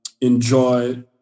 enjoy